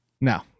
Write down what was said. No